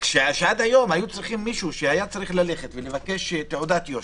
עד היום מישהו שהיה צריך לבקש תעודת יושר,